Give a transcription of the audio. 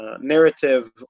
narrative